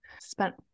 spent